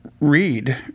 read